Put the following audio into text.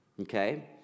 okay